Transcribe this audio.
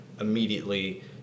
immediately